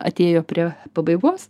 atėjo prie pabaigos